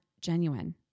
genuine